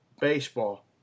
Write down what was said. baseball